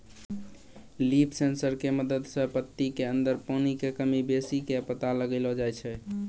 leaf sensor के मदद सॅ पत्ती के अंदर पानी के कमी बेसी के पता लगैलो जाय छै